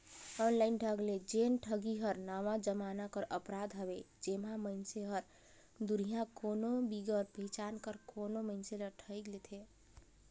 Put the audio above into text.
online ढंग ले जेन ठगी हर नावा जमाना कर अपराध हवे जेम्हां मइनसे हर दुरिहां कोनो बिगर पहिचान कर कोनो मइनसे ल ठइग लेथे